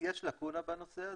יש לאקונה בנושא הזה,